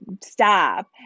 stop